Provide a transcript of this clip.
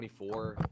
24